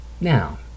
now